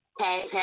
okay